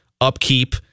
upkeep